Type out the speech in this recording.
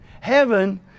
Heaven